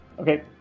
okay